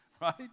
right